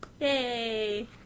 Yay